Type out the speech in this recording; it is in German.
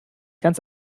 ganz